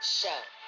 Show